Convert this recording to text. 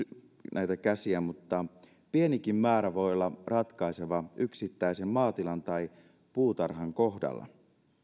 näitä käsiä mutta pienikin määrä voi olla ratkaiseva yksittäisen maatilan tai puutarhan kohdalla